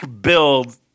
build